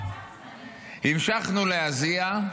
המשכנו להזיע,